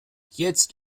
jetzt